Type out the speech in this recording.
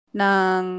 ng